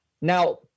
Now